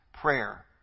prayer